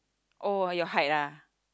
oh your height ah